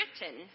written